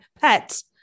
pets